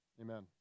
amen